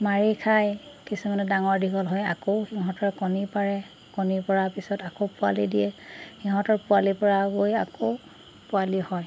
মাৰি খায় কিছুমানে ডাঙৰ দীঘল হৈ আকৌ সিহঁতৰ কণী পাৰে কণী পৰাৰ পিছত আকৌ পোৱালি দিয়ে সিহঁতৰ পোৱালিৰপৰা গৈ আকৌ পোৱালি হয়